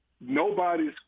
nobody's